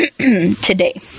today